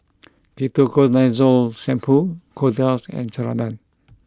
Ketoconazole shampoo Kordel's and Ceradan